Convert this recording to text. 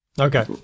Okay